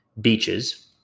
beaches